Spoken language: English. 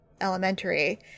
elementary